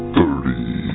Thirty